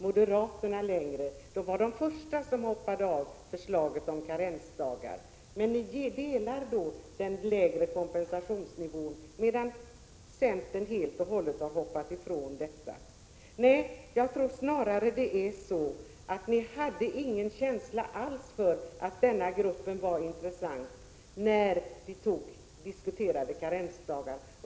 Moderaterna var de första som hoppade av förslaget om karensdagar. Men ni delar uppfattningen om den lägre kompensationsnivån, medan centern helt och hållet har gått ifrån detta. Nej, jag tror snarare att ni inte hade någon känsla alls för denna grupp " när vi diskuterade karensdagar.